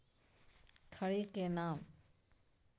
खड़ी के नाम?